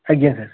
ଆଜ୍ଞା ସାର୍